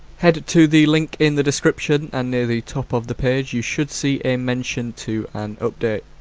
head to the link in the description and near the top of the page you should see a mention to an update.